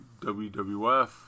WWF